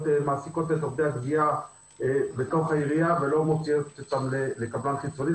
מעסיקות את עובדי הגבייה בתוך העירייה ולא מוציאות לקבלן חיצוני,